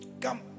Come